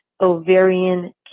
ovarian